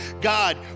God